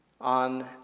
on